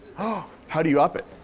ah how do you up it?